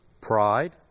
pride